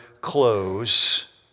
close